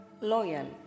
loyal